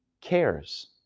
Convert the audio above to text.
cares